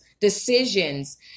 decisions